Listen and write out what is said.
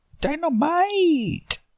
Dynamite